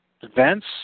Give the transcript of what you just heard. events